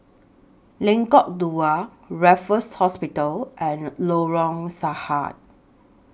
Lengkok Dua Raffles Hospital and Lorong Sahad